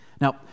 Now